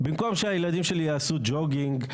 במקום שהילדים שלי יעשו ג'וגינג,